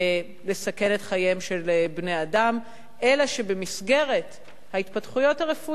לסכן את חייהם של בני-אדם אלא שבמסגרת ההתפתחויות הרפואיות,